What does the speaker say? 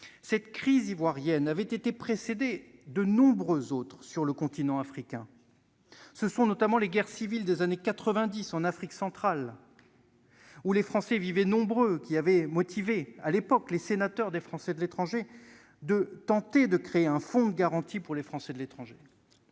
Cette crise ivoirienne avait été précédée de nombreuses autres sur le continent africain. Ce sont notamment les guerres civiles des années 1990 en Afrique centrale, où les Français vivaient nombreux, qui avaient motivé les sénateurs des Français de l'étranger de l'époque pour tenter de créer un fonds de garantie. Les tremblements de